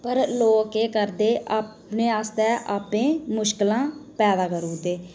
पर लोक केह् करदे अपने आस्तै आपूं मुश्कलां पैदा करी ओड़दे